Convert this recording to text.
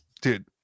Dude